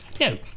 No